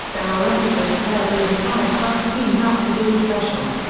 there are episodes where the entire cast teams up to do a special.